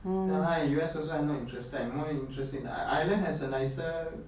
then I U_S also I'm not interested I'm more interested in ireland has a nicer